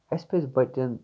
اَسہِ پَزِ پَچن